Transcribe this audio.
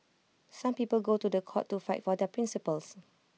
some people go to The Court to fight for their principles